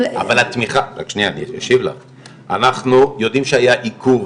אנחנו יודעים שהיה עיכוב